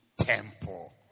temple